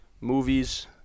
movies